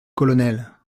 colonel